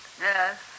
Yes